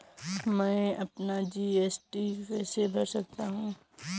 मैं अपना जी.एस.टी कैसे भर सकता हूँ?